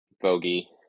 Bogey